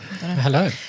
Hello